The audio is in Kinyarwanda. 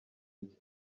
bye